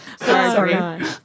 sorry